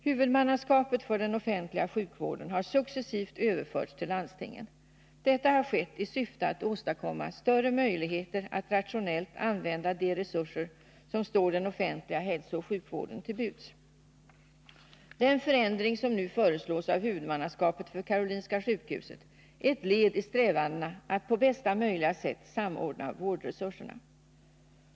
Huvudmannaskapet för den offentliga sjukvården har successivt överförts till landstingen. Detta har skett i syfte att åstadkomma större möjligheter att rationellt använda de resurser som står den offentliga hälsooch sjukvården till buds. Den förändring som nu föreslås av huvudmannaskapet för Karolinska sjukhuset är ett led i strävandena att på bästa möjliga sätt samordna vårdresurserna.